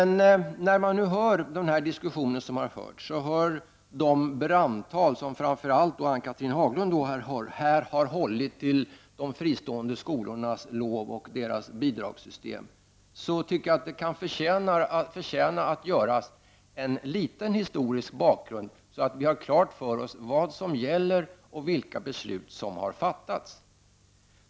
När man nu hör de diskussioner som har förts och de brandtal som framför allt Ann-Cathrine Haglund har hållit till de fristående skolornas lov och bidragssystem för dem, tycker jag att det kan finnas skäl att ge en liten historisk bakgrund så att vi har klart för oss vad som gäller och vilka beslut som har fattats.